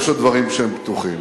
יש עוד דברים שהם פתוחים,